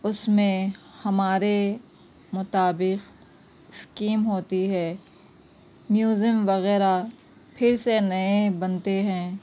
اس میں ہمارے مطابق اسکیم ہوتی ہے میوزیم وغیرہ پھر سے نئے بنتے ہیں